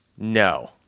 No